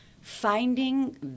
finding